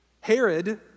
Herod